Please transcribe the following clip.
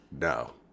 No